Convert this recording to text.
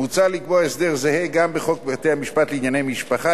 מוצע לקבוע הסדר זהה גם בחוק בית-המשפט לענייני משפחה,